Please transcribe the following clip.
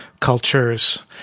cultures